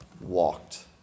walked